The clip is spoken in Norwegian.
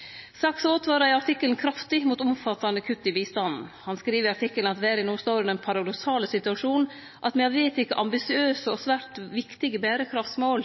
at den er kronisk underfinansiert» skreiv Jeffrey Sachs, ein av vår tids leiande økonomar i Dagens Næringsliv 12. november. Sachs åtvarar i artikkelen kraftig mot omfattande kutt i bistanden. Han skriv i artikkelen at verda no står i den paradoksale situasjonen at me har vedteke ambisiøse og svært viktige berekraftsmål.